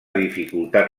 dificultat